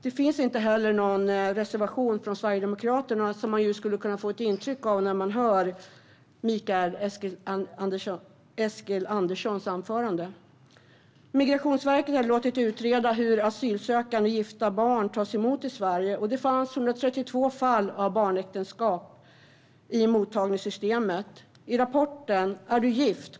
Det finns inte heller någon reservation från Sverigedemokraterna, vilket man kunde få intryck av när man hörde Mikael Eskilanderssons anförande. Migrationsverket har låtit utreda hur asylsökande gifta barn tas emot i Sverige, och det visade sig finnas 132 fall av barnäktenskap i mottagningssystemet. I rapporten Är du gift?